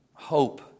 Hope